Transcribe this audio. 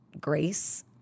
grace